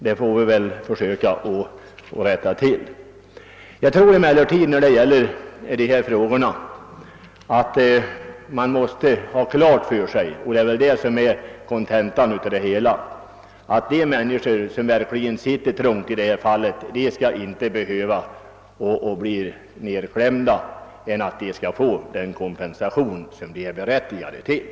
Vi får väl nu försöka genomföra dessa åtgärder. Man måste emellertid i dessa frågor ha klart för sig — och det är kanske kontentan av denna diskussion — att de människor som verkligen sitter trångt i detta sammanhang inte skall behöva komma ytterligare i kläm utan skall erhålla den kompensation som de är berättigade till.